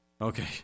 Okay